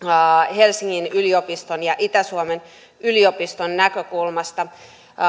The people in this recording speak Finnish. helsingin yliopiston ja itä suomen yliopiston näkökulmasta